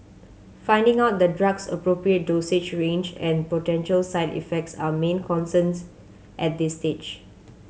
finding out the drug's appropriate dosage range and potential side effects are main concerns at this stage